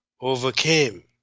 overcame